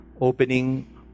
opening